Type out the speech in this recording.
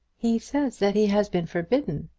he says that he has been forbidden.